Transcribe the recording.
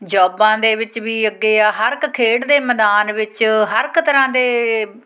ਜੋਬਾਂ ਦੇ ਵਿੱਚ ਵੀ ਅੱਗੇ ਆ ਹਰ ਇੱਕ ਖੇਡ ਦੇ ਮੈਦਾਨ ਵਿੱਚ ਹਰ ਇੱਕ ਤਰ੍ਹਾਂਂ ਦੇ